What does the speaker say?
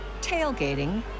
tailgating